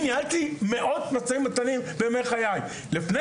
ניהלתי מאות תהליכי משא ומתן בחיי לפני